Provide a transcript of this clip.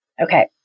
Okay